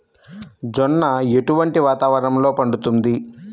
జొన్న ఎటువంటి వాతావరణంలో పండుతుంది?